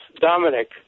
Dominic